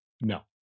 No